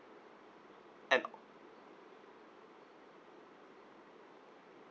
and